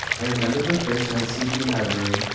i remember the first night sleeping in that room,